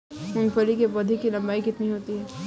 मूंगफली के पौधे की लंबाई कितनी होती है?